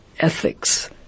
Ethics